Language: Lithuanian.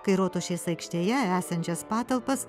kai rotušės aikštėje esančias patalpas